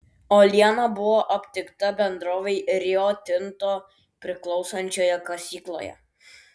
uoliena buvo aptikta bendrovei rio tinto priklausančioje kasykloje